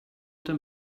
them